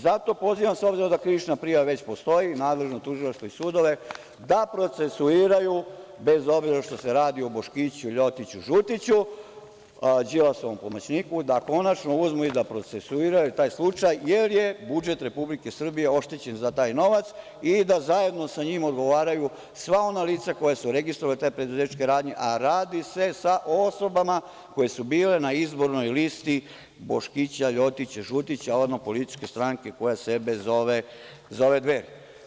Zato pozivam, s obzirom da krivična prijave već postoji, nadležno tužilaštvo i sudove da procesuiraju, bez obzira što se radi o Boškiću Ljotiću Žutiću Đilasovom pomoćniku da konačno uzmu i da procesuiraju taj slučaj, jer je budžet Republike Srbije oštećen za taj novac i da zajedno sa njim odgovaraju sva ona lica koja su registrovana te preduzetničke radnje, a radi se sa osobama koje su bili na izbornoj listi Boškića Ljotića Žutića političke stranke koja sebe zove Dveri.